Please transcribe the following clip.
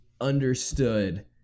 understood